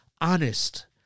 honest